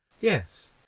yes